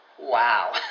Wow